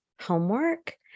homework